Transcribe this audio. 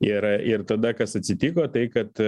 ir ir tada kas atsitiko tai kad